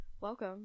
Welcome